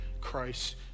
Christ